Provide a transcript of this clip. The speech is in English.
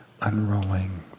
unrolling